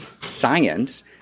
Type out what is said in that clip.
science